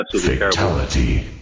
Fatality